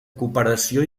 cooperació